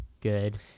good